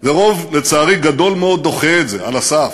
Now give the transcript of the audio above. ורוב, לצערי גדול מאוד, דוחה את זה על הסף,